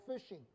fishing